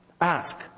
Ask